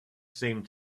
seemed